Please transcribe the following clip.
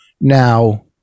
Now